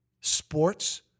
sports